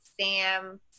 Sam